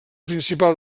principal